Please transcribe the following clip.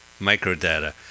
Microdata